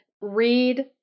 read